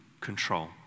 control